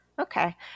Okay